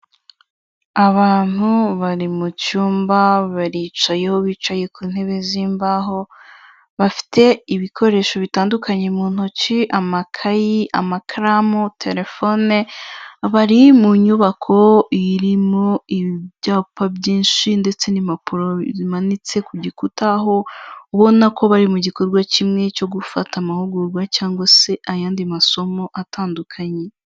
Abantu bari mu cyumba baricaye, aho bicaye ku ntebe z'imbaho bafite ibikoresho bitandukanye mu ntoki amakayi, amakaramu, telefone, bari mu nyubako irimo ibyapa byinshi ndetse n'impapuro zimanitse ku gikuta, aho ubonako bari mu gikorwa kimwe cyo gufata amahugurwa cyangwa se ayandi masomo atandukanye.